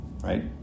right